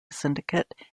syndicate